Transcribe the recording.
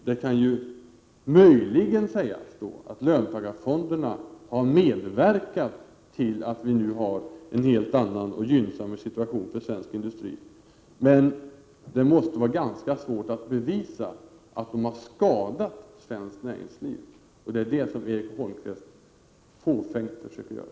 Det kan möjligen sägas att löntagarfonderna har medverkat till att situationen för svensk industri nu är gynnsammare, men det måste vara ganska svårt att bevisa att de har skadat svenskt näringsliv, som Erik Holmkvist fåfängt försöker göra.